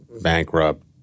bankrupt